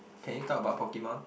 can you talk about Pokemon